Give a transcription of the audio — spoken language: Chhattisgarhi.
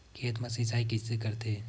खेत मा सिंचाई कइसे करथे?